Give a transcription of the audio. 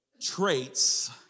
traits